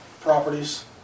properties